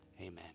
Amen